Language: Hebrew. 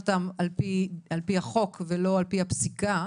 אותם על פי החוק ולא על פי הפסיקה.